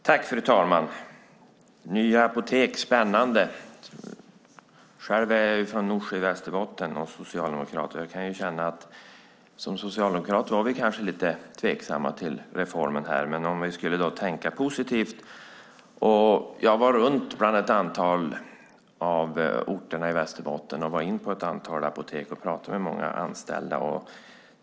Fru talman! Nya apotek är spännande. Själv är jag från Norsjö i Västerbotten och socialdemokrat. Jag kan känna att vi som socialdemokrater kanske var lite tveksamma till reformen. Men vi ska tänka positivt. Jag var runt bland ett antal av orterna i Västerbotten, var inne på ett antal apotek och talade med många anställda.